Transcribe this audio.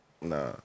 Nah